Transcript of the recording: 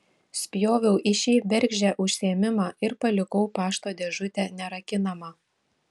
spjoviau į šį bergždžią užsiėmimą ir palikau pašto dėžutę nerakinamą